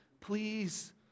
please